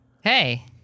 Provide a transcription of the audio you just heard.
Hey